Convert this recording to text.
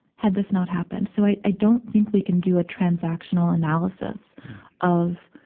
had this not happened? so i, i don't think we can do a transactional analysis of,